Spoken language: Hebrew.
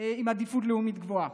עם עדיפות לאומית גבוהה.